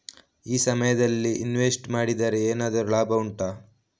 ಈ ಸಮಯದಲ್ಲಿ ಇನ್ವೆಸ್ಟ್ ಮಾಡಿದರೆ ಏನಾದರೂ ಲಾಭ ಉಂಟಾ